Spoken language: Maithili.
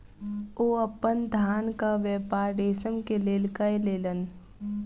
ओ अपन धानक व्यापार रेशम के लेल कय लेलैन